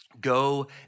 Go